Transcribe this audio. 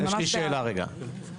אז תנו לזה פתרון, אני ממש בעד.